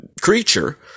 creature